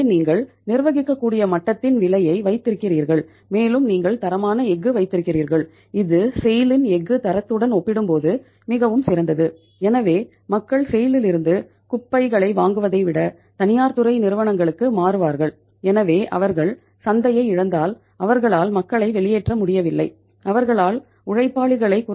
எனவே நீங்கள் நிர்வகிக்கக்கூடிய மட்டத்தின் விலையை வைத்திருக்கிறீர்கள் மேலும் நீங்கள் தரமான எஃகு வைத்திருக்கிறீர்கள் இது செய்ல் இன் மனித சக்தி 1